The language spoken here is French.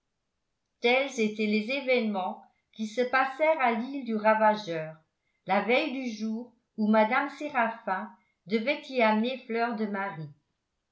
tels étaient les événements qui se passèrent à l'île du ravageur la veille du jour où mme séraphin devait y amener fleur de marie